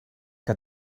que